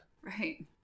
Right